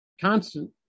constant